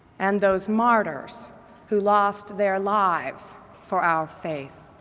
and those martyrs who lost their lives for our faith.